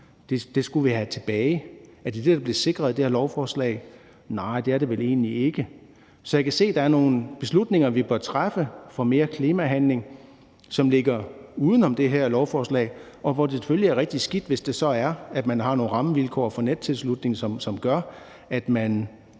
skulle vi have tilbage. Er det det, der bliver sikret med det her lovforslag? Nej, det er det vel egentlig ikke. Så jeg kan se, at der er nogle beslutninger, vi bør træffe, med hensyn til mere klimahandling, som ligger uden for det her lovforslag, og hvor det selvfølgelig er rigtig skidt, hvis det så er, at man har nogle rammevilkår for nettilslutning, som gør, at man